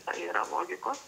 tai yra logikos